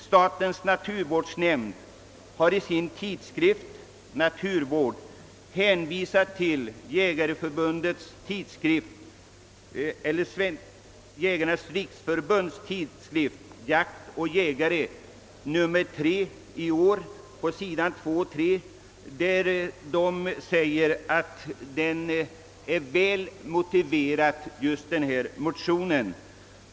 Statens naturvårdsnämnd har i sin tidskrift Naturvård hänvisat till Jägarnas riksförbunds tidskrift »Jakt och jägare» nr 3 i år, s. 2—3, där vår motion behandlas.